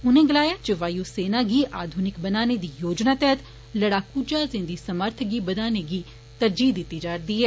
उने गलाया जे वायू सेना गी आघुनिक बनाने दी योजना तैहत लड़ाकू ज्हाजें दी समर्थ गी बदाने गी तरजीह् दिती जा'रदी ऐ